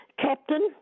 Captain